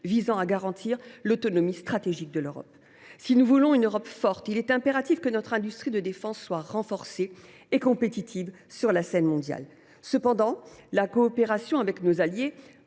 visant à garantir l’autonomie stratégique de l’Europe. Si nous voulons une Europe forte, il est impératif que notre industrie de défense soit renforcée et compétitive sur la scène mondiale. Cependant, la coopération avec nos alliés,